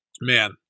Man